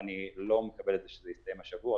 ואני לא מקבל את זה שזה יסתיים השבוע,